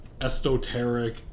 esoteric